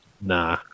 nah